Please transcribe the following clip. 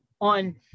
on